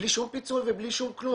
בלי שום פיצוי ובלי שום כלום.